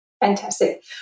fantastic